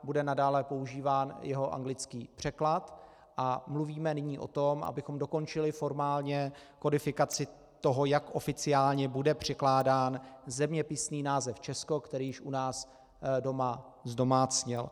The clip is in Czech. Bude nadále používán jeho anglický překlad a mluvíme nyní o tom, abychom dokončili formálně kodifikaci toho, jak oficiálně bude překládán zeměpisný název Česko, který již u nás doma zdomácněl.